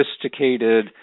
sophisticated